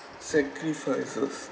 sacrifices